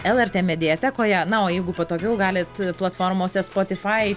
lrt mediatekoje na o jeigu patogiau galite platformose spotify